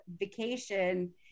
vacation